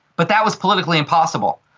but that was politically impossible.